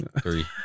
three